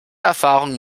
erfahrung